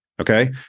Okay